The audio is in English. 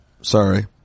Sorry